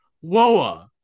Whoa